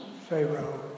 Pharaoh